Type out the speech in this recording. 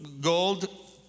gold